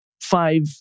five